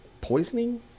poisoning